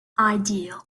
ideal